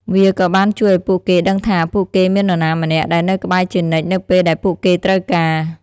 វាក៏បានជួយឱ្យពួកគេដឹងថា ពួកគេមាននរណាម្នាក់ដែលនៅក្បែរជានិច្ចនៅពេលដែលពួកគេត្រូវការ។